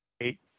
eight